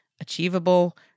achievable